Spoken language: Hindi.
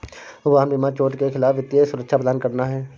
वाहन बीमा चोट के खिलाफ वित्तीय सुरक्षा प्रदान करना है